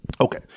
Okay